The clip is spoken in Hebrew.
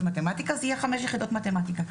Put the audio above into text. מתמטיקה זה יהיה חמש יחידות מתמטיקה.